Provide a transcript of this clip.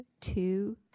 two